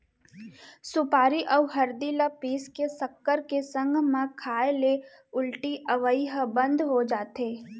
सुपारी अउ हरदी ल पीस के सक्कर के संग म खाए ले उल्टी अवई ह बंद हो जाथे